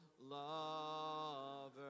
lover